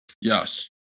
Yes